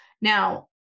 Now